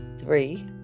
three